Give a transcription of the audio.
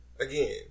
again